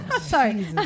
Sorry